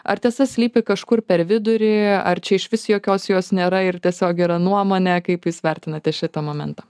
ar tiesa slypi kažkur per vidurį ar čia išvis jokios jos nėra ir tiesiog gera nuomonė kaip jūs vertinate šitą momentą